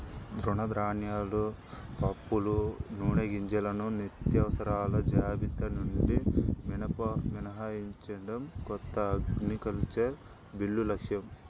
తృణధాన్యాలు, పప్పులు, నూనెగింజలను నిత్యావసరాల జాబితా నుండి మినహాయించడం కొత్త అగ్రికల్చరల్ బిల్లు లక్ష్యం